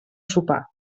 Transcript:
sopar